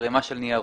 ערימה של ניירות.